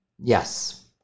Yes